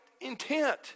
intent